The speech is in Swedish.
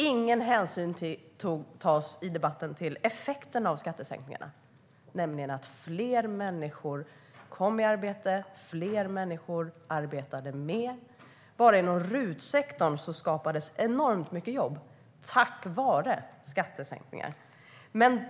Ingen hänsyn tas i debatten till effekten av skattesänkningarna, nämligen att fler människor kom i arbete och fler människor arbetade mer. Bara inom RUT-sektorn skapades enormt många jobb tack vare skattesänkningar.